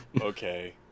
Okay